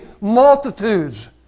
multitudes